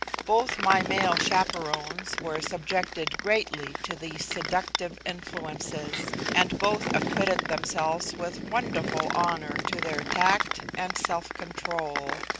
both my male chaperons were subjected greatly to these seductive influences, and both acquitted themselves with wonderful honour to their tact and self-control.